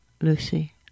Lucy